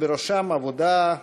שבראשם עבודה,